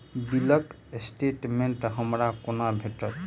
बिलक स्टेटमेंट हमरा केना भेटत?